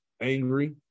angry